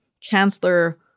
Chancellor